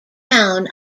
town